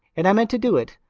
and i meant to do it,